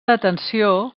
detenció